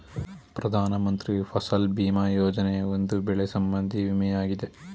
ಪ್ರಧಾನ ಮಂತ್ರಿ ಫಸಲ್ ಭೀಮಾ ಯೋಜನೆ, ಒಂದು ಬೆಳೆ ಸಂಬಂಧಿ ವಿಮೆಯಾಗಿದೆ